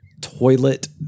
toilet